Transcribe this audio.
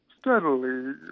steadily